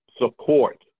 support